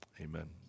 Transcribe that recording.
amen